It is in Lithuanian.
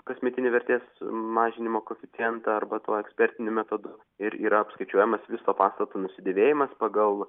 kasmetinį vertės mažinimo koeficientą arba tuo ekspertiniu metodu ir yra apskaičiuojamas viso pastato nusidėvėjimas pagal